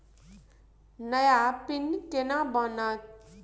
नया पिन केना बनत?